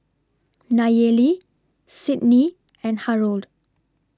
Nayeli Sidney and Harrold